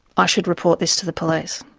i should report this to the police.